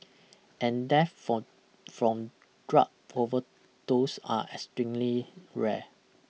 and deaths from from drug overdose are extremely rare